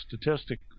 statistic